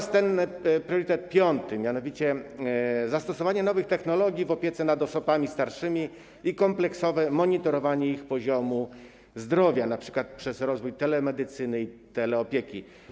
Jest też priorytet piąty, mianowicie: zastosowanie nowych technologii w opiece nad osobami starszymi i kompleksowe monitorowanie ich poziomu zdrowia, np. przez rozwój telemedycyny i teleopieki.